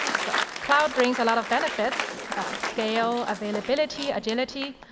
so cloud brings a lot of benefits scale, availability, agility.